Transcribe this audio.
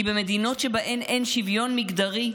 כי במדינות שבהן אין שוויון מגדרי,